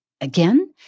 again